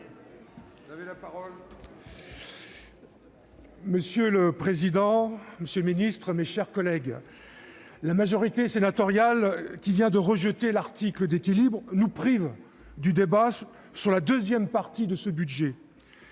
Monsieur le président, monsieur le ministre, mes chers collègues, la majorité sénatoriale, qui vient de rejeter l'article d'équilibre, nous prive du débat sur la deuxième partie du projet